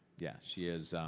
yeah. she has